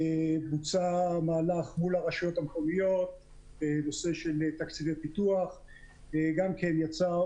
בוצע מהלך מול הרשויות המקומיות בנושא של תקציבי פיתוח וגם יצאה